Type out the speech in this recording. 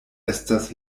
estas